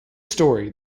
story